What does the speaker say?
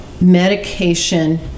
medication